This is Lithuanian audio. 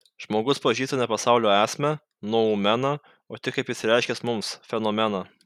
žmogus pažįsta ne pasaulio esmę noumeną o tik kaip jis reiškiasi mums fenomeną